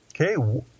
Okay